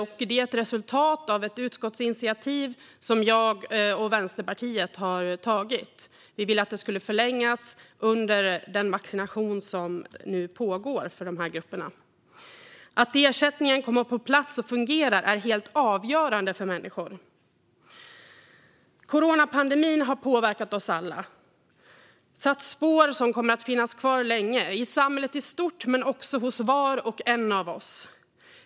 Detta är ett resultat av ett utskottsinitiativ som jag och Vänsterpartiet har tagit. Vi ville att ersättningen skulle förlängas under tiden som vaccination pågår för de här grupperna. Att ersättningen kommer på plats och fungerar är helt avgörande för människor. Coronapandemin har påverkat oss alla och satt spår som kommer att finnas kvar länge i samhället i stort men också hos var och en av oss.